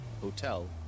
hotel